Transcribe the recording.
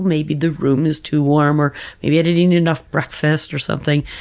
maybe the room is too warm, or maybe i didn't eat enough breakfast or something.